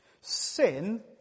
Sin